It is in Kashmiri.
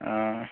آ